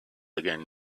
again